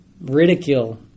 Ridicule